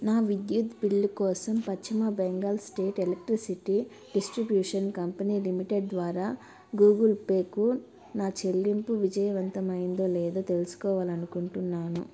నా విద్యుత్ బిల్లు కోసం పశ్చిమ Bengal state electricity distribution company limited ద్వారా గూగుల్పేకు నా చెల్లింపు విజయవంతమైందో లేదో తెలుసుకోవాలి అనుకుంటున్నాను